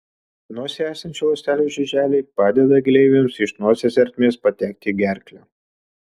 nosyje esančių ląstelių žiuželiai padeda gleivėms iš nosies ertmės patekti į gerklę